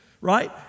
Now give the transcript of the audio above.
Right